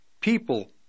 people